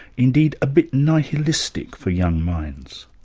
indeed a bit nihilistic for young minds.